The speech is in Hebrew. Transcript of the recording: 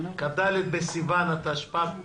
כ"ד בסיוון התש"ף.